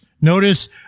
Notice